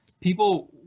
people